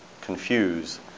confuse